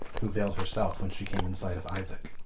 who veiled herself when she came in sight of isaac.